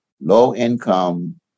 low-income